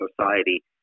society